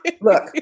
Look